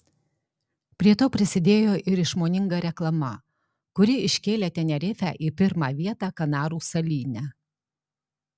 prie to prisidėjo ir išmoninga reklama kuri iškėlė tenerifę į pirmą vietą kanarų salyne